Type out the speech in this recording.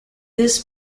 this